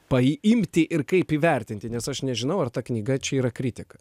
paimti ir kaip įvertinti nes aš nežinau ar ta knyga čia yra kritika